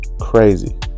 Crazy